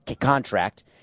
contract